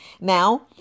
Now